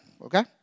Okay